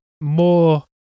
more